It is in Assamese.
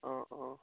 অঁ অঁ